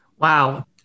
Wow